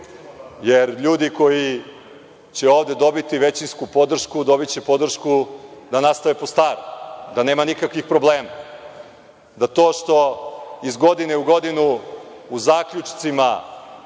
jer ljudi koji će ovde dobiti većinsku podršku dobiće podršku da nastave po starom, da nema nikakvih problema, da to što iz godine u godinu u zaključcima,